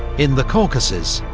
in the caucasus,